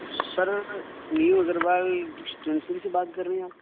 سر new Agarwal dispensary سے بات کر رہے ہیں آپ